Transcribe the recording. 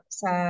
sa